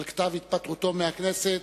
על כתב התפטרותו מהכנסת,